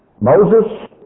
Moses